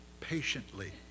patiently